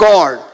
God